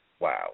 wow